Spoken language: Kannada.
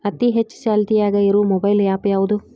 ಅತಿ ಹೆಚ್ಚ ಚಾಲ್ತಿಯಾಗ ಇರು ಮೊಬೈಲ್ ಆ್ಯಪ್ ಯಾವುದು?